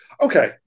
Okay